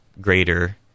greater